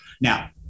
now